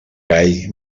gall